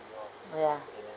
ah ya